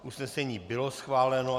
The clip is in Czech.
Usnesení bylo schváleno.